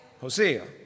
Hosea